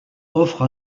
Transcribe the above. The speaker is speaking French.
offre